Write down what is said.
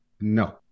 No